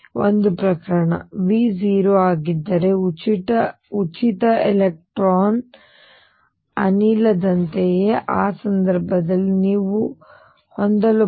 ಒಂದು ಪ್ರಕರಣ V 0 ಆಗಿದ್ದರೆ ಉಚಿತ ಎಲೆಕ್ಟ್ರಾನ್ಅನಿಲದಂತೆಯೇ ಆ ಸಂದರ್ಭದಲ್ಲಿ ನೀವು ಹೊಂದಲು ಬಯಸುವುದು Coska Cosαa